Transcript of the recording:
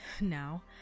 Now